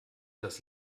das